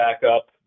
backup